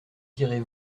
direz